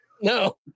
No